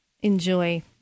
enjoy